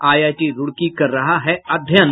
IIT Roorkee कर रहा अध्ययन